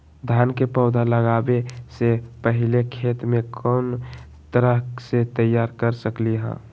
धान के पौधा लगाबे से पहिले खेत के कोन तरह से तैयार कर सकली ह?